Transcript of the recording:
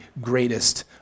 greatest